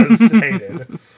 hated